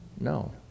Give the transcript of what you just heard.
No